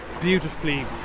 beautifully